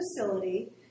facility